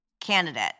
candidate